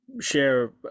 share